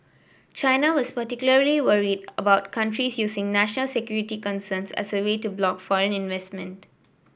china was particularly worried about countries using national security concerns as a way to block foreign investment